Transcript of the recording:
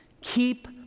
Keep